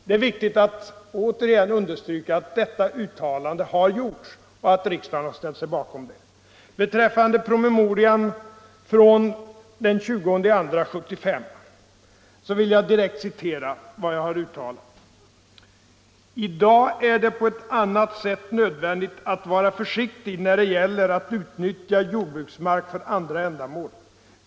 Det är viktigt att återigen understryka att detta uttalande har gjorts och att riksdagen ställt sig bakom det. Beträffande promemorian från den 20 februari 1975 vill jag citera vad jag uttalat: ”I dag är det på ett annat sätt nödvändigt att vara försiktig när det gäller att utnyttja jordbruksmark för andra ändamål.